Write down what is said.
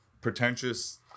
pretentious